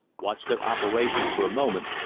watched their operations for a moment,